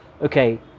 okay